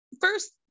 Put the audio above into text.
first